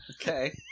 Okay